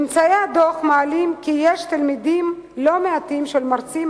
ממצאי הדוח מעלים כי יש תלמידים לא מעטים, ומרצים,